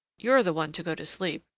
you're the one to go to sleep,